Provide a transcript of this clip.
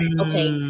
okay